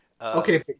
Okay